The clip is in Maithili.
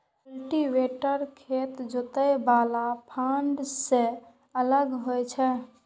कल्टीवेटर खेत जोतय बला फाड़ सं अलग होइ छै